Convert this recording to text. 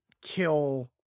kill